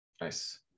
Nice